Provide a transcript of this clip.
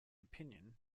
opinion